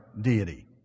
deity